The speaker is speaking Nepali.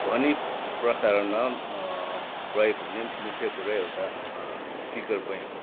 ध्वनि प्रसारणमा प्रयोग हुने मुख्य कुरा एउटा स्पिकर पनि हो